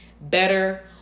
better